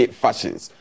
fashions